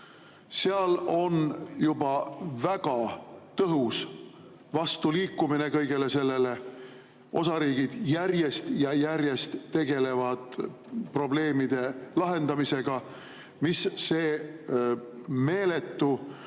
Seal on juba väga tõhus vastuliikumine kõigele sellele. Osariigid järjest tegelevad nende probleemide lahendamisega, mis see meeletu